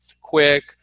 quick